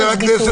חבר הכנסת